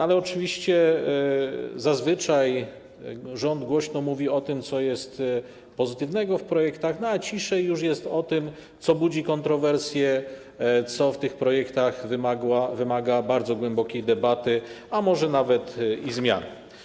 Ale oczywiście zazwyczaj rząd głośno mówi o tym, co jest pozytywnego w projektach, a już ciszej jest o tym, co budzi kontrowersje, co w tych projektach wymaga bardzo głębokiej debaty, a może nawet zmian.